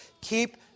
Keep